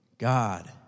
God